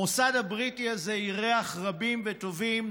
המוסד הבריטי הזה אירח רבים וטובים,